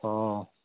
ꯑꯣ